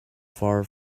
far